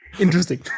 Interesting